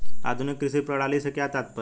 आधुनिक कृषि प्रणाली से क्या तात्पर्य है?